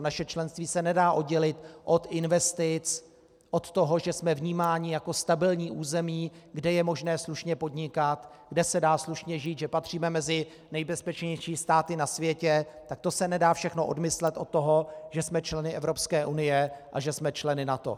Naše členství se nedá oddělit od investic, od toho, že jsme vnímáni jako stabilní území, kde je možné slušně podnikat, kde se dá slušně žít, že patříme mezi nejbezpečnější státy na světě, tak to se nedá všechno odmyslet od toho, že jsme členy Evropské unie a že jsme členy NATO.